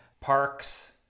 parks